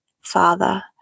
Father